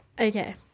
Okay